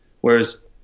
whereas